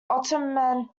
ottoman